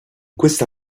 questa